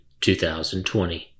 2020